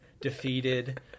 defeated